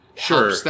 Sure